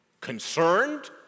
concerned